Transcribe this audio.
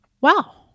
Wow